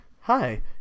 Hi